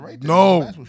No